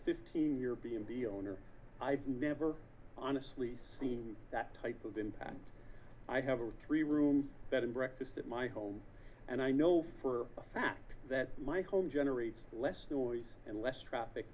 fifteen year b and b owner i've never honestly seen that type of impact i have a three room bed and breakfast at my home and i know for a fact that my home generates less noise and less traffic